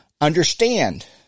understand